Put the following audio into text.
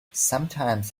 sometimes